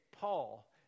Paul